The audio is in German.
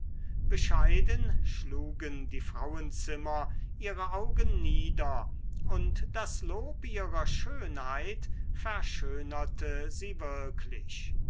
bescheiden schlugen die frauenzimmer ihre augen nieder und das lob ihrer schönheit verschönerte sie wirklich